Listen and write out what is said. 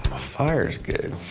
fire's good.